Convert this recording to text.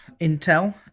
Intel